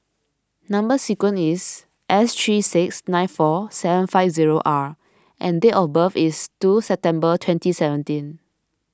Number Sequence is S three six nine four seven five zero R and date of birth is two September twenty seventeen